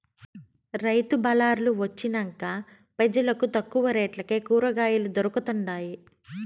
రైతు బళార్లు వొచ్చినంక పెజలకు తక్కువ రేట్లకే కూరకాయలు దొరకతండాయి